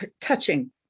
touching